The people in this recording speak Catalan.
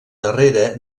darrere